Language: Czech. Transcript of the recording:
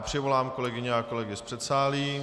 Přivolám kolegyně a kolegy z předsálí.